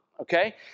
Okay